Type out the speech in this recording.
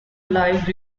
live